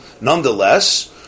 Nonetheless